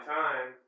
time